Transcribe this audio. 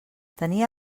tenia